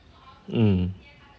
mm